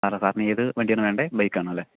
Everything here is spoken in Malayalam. സർ സാറിന് ഏത് വണ്ടിയാണ് വേണ്ടത് ബൈക്ക് ആണല്ലെ